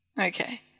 Okay